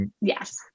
Yes